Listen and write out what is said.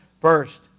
first